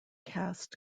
cast